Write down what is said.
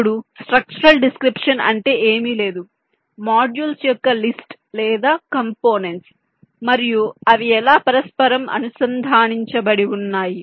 ఇప్పుడు structural description అంటే ఏమీ లేదు మోడ్యూల్స్ యొక్క లిస్ట్ లేదా కంపోనెంట్స్ మరియు అవి ఎలా పరస్పరం అనుసంధానించబడి ఉన్నాయి